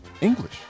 english